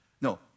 no